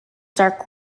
dark